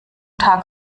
tag